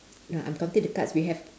no I'm counting the cards we have